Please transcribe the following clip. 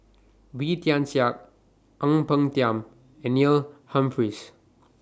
Wee Tian Siak Ang Peng Tiam and Neil Humphreys